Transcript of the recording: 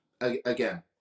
Again